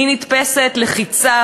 היא נתפסת כלחיצה,